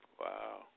Wow